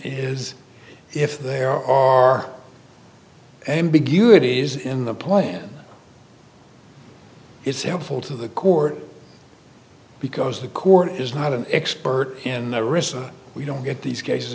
is if there are ambiguity is in the plan it's helpful to the court because the court is not an expert in the risk we don't get these cases